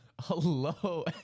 Hello